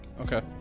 Okay